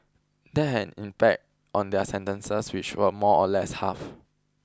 that had an impact on their sentences which were more or less halved